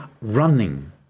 running